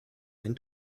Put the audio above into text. ein